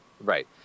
Right